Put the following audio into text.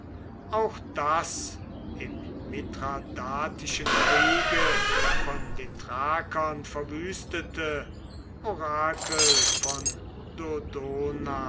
auch das im mithradatischen kriege von den thrakern verwüstete orakel von dodona